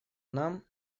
нам